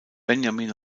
benjamin